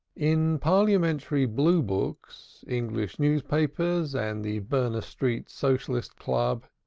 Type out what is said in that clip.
in parliamentary blue-books, english newspapers, and the berner street socialistic club,